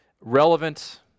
relevant